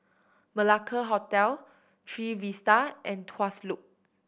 Malacca Hotel Trevista and Tuas Loop